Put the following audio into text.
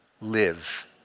live